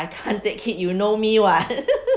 I can't take heat you know me [what]